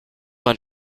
man